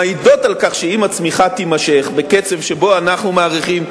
מעידים על כך שאם הצמיחה תימשך בקצב שבו אנחנו מעריכים,